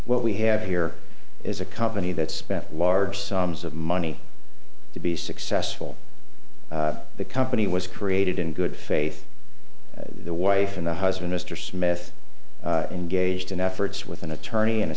what we have here is a company that spent large sums of money to be successful the company was created in good faith the wife and the husband mr smith engaged in efforts with an attorney and a